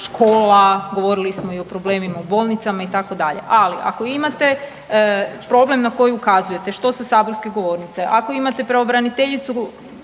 škola. Govorili smo i o problemima u bolnicama itd. Ali ako imate problem na koji ukazujete što sa saborske govornice, ako imate pravobraniteljicu